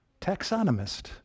taxonomist